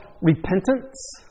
repentance